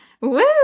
Woo